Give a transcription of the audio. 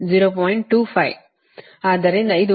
ಆದ್ದರಿಂದ ಇದು minus j 0